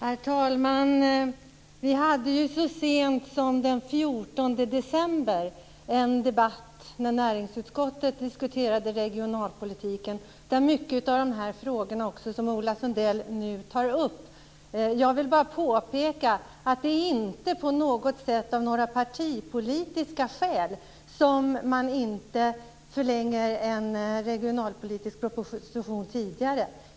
Herr talman! Vi hade så sent som den 14 december en debatt när näringsutskottet diskuterade regionalpolitiken och många av de frågor som Ola Sundell nu tar upp. Jag vill bara påpeka att det inte är av några partipolitiska skäl som man inte förlägger en regionalpolitisk proposition tidigare.